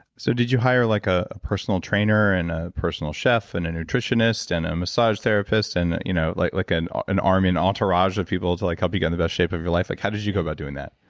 so, did you hire like a personal trainer, and a personal chef, and a nutritionist, and a massage therapist, and you know like like an an army, an entourage of people to like help get in the best shape of your life? like how did you go about doing that?